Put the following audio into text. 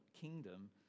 kingdom